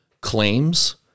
claims